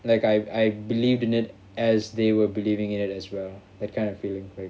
like I I've believed in it as they were believing in it as well that kind of feeling